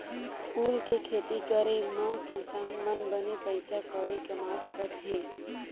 फूल के खेती करे मा किसान मन बने पइसा कउड़ी कमा सकत हे